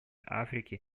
африки